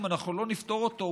אם אנחנו לא נפתור אותו,